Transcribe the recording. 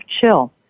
chill